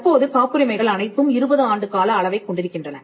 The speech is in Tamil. தற்போது காப்புரிமைகள் அனைத்தும் இருபது ஆண்டு கால அளவைக்கொண்டிருக்கின்றன